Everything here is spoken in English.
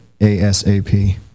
asap